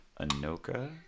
Anoka